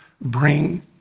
bring